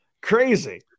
Crazy